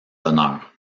d’honneur